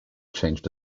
changed